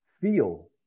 feel